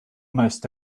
most